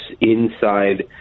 inside